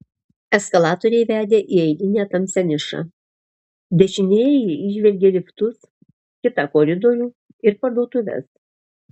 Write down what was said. eskalatoriai vedė į eilinę tamsią nišą dešinėje jie įžvelgė liftus kitą koridorių ir parduotuves